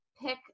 pick